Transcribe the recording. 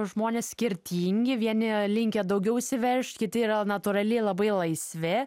žmonės skirtingi vieni linkę daugiau įsiveržt kiti yra natūraliai labai laisvi